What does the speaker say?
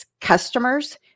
customers